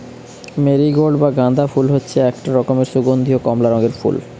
marigold বা গাঁদা ফুল হচ্ছে একটা ধরণের সুগন্ধীয় কমলা রঙের ফুল